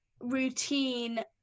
routine